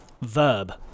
Verb